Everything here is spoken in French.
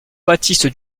baptiste